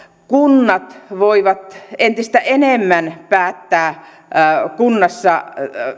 kunnat voivat entistä enemmän päättää kunnassa